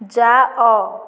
ଯାଅ